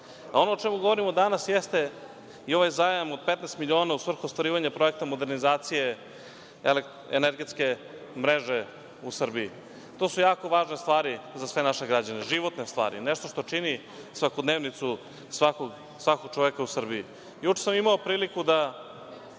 o čemu govorimo danas jeste i ovaj zajam od 15 miliona u svrhu ostvarivanja projekta modernizacije energetske mreže u Srbiji. To su jako važne stvari za sve naše građane, životne stvari, nešto što čini svakodnevnicu svakog čoveka u Srbiji. Juče